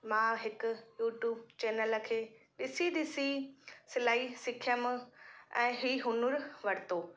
मां हिकु YouTube channel खे ॾिसी ॾिसी सिलाई सिखियमि ऐं ई हुनुर वरितो